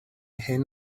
hyn